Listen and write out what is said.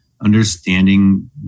understanding